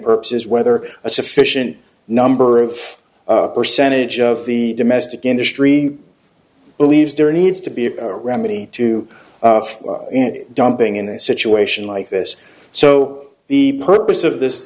purposes whether a sufficient number of percentage of the domestic industry believes there needs to be a remedy to of dumping in a situation like this so the purpose of this